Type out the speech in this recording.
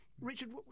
Richard